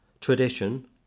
tradition